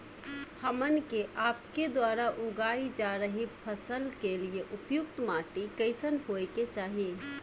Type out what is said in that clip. हमन के आपके द्वारा उगाई जा रही फसल के लिए उपयुक्त माटी कईसन होय के चाहीं?